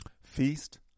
Feast